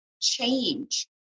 change